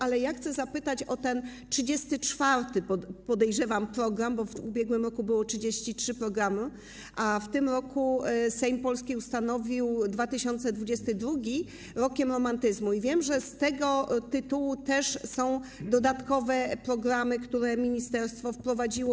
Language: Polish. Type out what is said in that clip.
Ale chcę zapytać o ten 34., podejrzewam, program, bo w ub.r. roku były 33 programy, a w tym roku Sejm Polski ustanowił 2022 Rokiem Romantyzmu i wiem, że z tego tytułu też są dodatkowe programy, które ministerstwo wprowadziło.